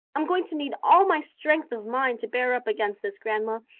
i'm going to need all my strength of mind to bear up against this, grandma,